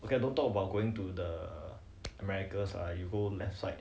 you can don't talk about going to the america ah you go left side